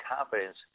confidence